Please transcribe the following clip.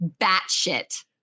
Batshit